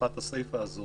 בהוספת הסיפה הזאת